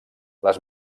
les